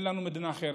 אין לנו מדינה אחרת.